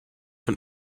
have